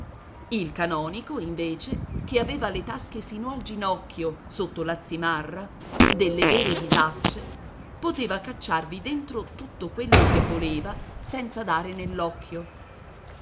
il canonico invece che aveva le tasche sino al ginocchio sotto la zimarra delle vere bisacce poteva cacciarvi dentro tutto quello che voleva senza dare